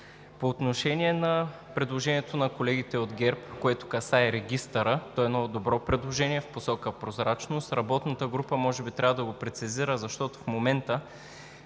По отношение на предложението на колегите от ГЕРБ, което касае регистъра – едно добро предложение в посока прозрачност. Работната група може би трябва да го прецизира, защото в момента